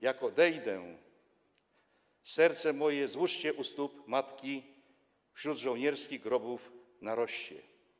Jak odejdę, serce moje złóżcie u stóp matki, wśród żołnierskich grobów na Rossie.